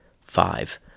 Five